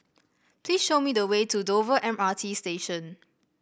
please show me the way to Dover M R T Station